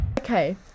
Okay